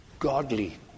Godly